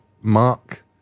Mark